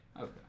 Okay